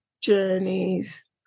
Journeys